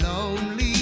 Lonely